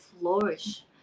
flourish